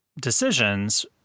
decisions